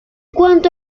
cuanto